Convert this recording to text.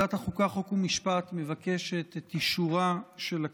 ועדת החוקה, חוק ומשפט מבקשת את אישורה של הכנסת,